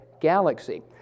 galaxy